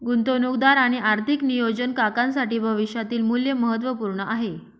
गुंतवणूकदार आणि आर्थिक नियोजन काकांसाठी भविष्यातील मूल्य महत्त्वपूर्ण आहे